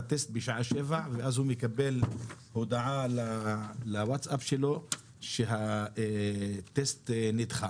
הטסט בשעה שבע ואז הוא מקבל הודעה על לווצאפ שלו שהטסט נדחה,